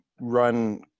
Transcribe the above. run